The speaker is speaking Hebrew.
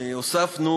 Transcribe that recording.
הוספנו